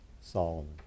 Solomon